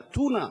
באתונה,